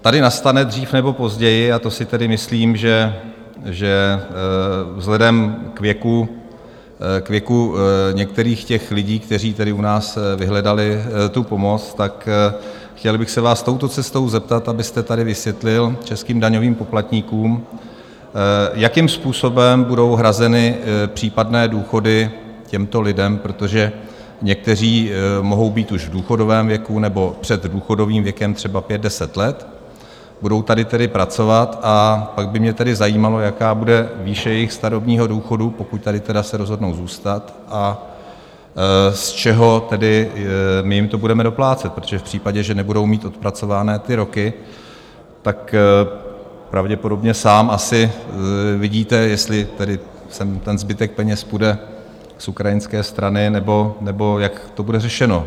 Tady nastane dřív nebo později a to si tedy myslím, že vzhledem k věku některých lidí, kteří tedy u nás vyhledali pomoc tak chtěl bych se vás touto cestou zeptat, abyste tady vysvětlil českým daňovým poplatníkům, jakým způsobem budou hrazeny případné důchody těmto lidem, protože někteří mohou být už v důchodovém věku nebo před důchodovým věkem, třeba pět, deset let, budou tady tedy pracovat, a pak by mě tedy zajímalo, jaká bude výše jejich starobního důchodu, pokud tady tedy se rozhodnou zůstat, a z čeho tedy my jim to budeme doplácet, protože v případě, že nebudou mít odpracované roky, pravděpodobně sám asi vidíte, jestli tedy sem ten zbytek peněz půjde z ukrajinské strany, nebo jak to bude řešeno?